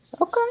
Okay